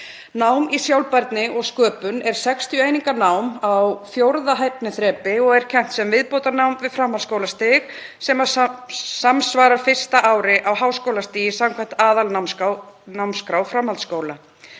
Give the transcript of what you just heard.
Nám í sjálfbærni og sköpun er 60 eininga nám á fjórða hæfniþrepi og er kennt sem viðbótarnám við framhaldsskólastig sem samsvarar fyrsta ári á háskólastigi samkvæmt aðalnámskrá framhaldsskóla.